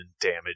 damage